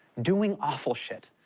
doing awful shit.